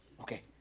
Okay